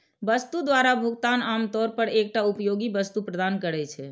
वस्तु द्वारा भुगतान आम तौर पर एकटा उपयोगी वस्तु प्रदान करै छै